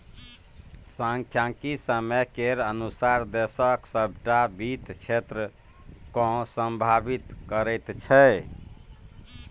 सांख्यिकी समय केर अनुसार देशक सभटा वित्त क्षेत्रकेँ प्रभावित करैत छै